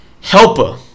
helper